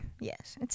Yes